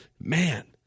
Man